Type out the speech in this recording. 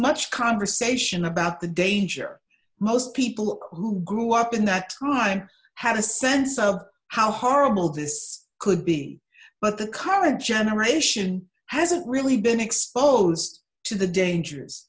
much conversation about the danger most people who grew up in that time had a sense of how horrible this could be but the current generation hasn't really been exposed to the